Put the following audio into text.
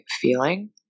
feeling